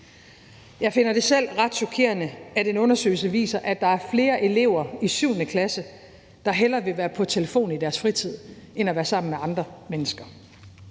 Jeg finder det selv ret chokerende, at en undersøgelse viser, at der er flere elever i 7. klasse, der hellere vil være på telefonen i deres fritid end at være sammen med andre mennesker,